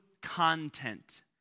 content